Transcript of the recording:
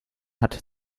hat